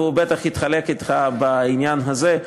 והוא בטח יחלוק אתך בעניין הזה,